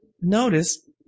notice